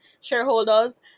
shareholders